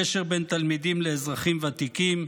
קשר בין תלמידים לאזרחים ותיקים,